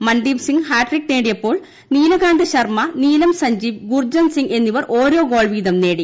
Mandeep Singh hat trick നേടിയപ്പോൾ നീലകാന്ത ശർമ്മ നീലം സഞ്ചീപ് ഗുർജന്ത് സിംഗ് എന്നിവർ ഓരോ ഗോൾ വീതം നേടി